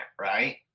right